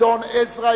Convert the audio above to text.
גדעון עזרא,